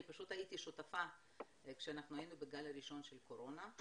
אני הייתי שותפה כשהיינו בגל הראשון של הקורונה,